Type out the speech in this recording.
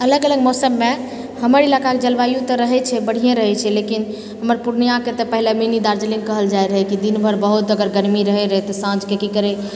अलग अलग मौसममे हमर इलाकाके जलवायु तऽ रहैछै बढ़िए रहैत छै लेकिन हमर पूर्णियाँके तऽ पहले मिनी दार्जलिङ्ग कहल जाए रहै कि दिनभर बहुत अगर गरमी रहैत रहए तऽ साँझके कि करै